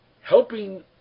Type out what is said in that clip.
helping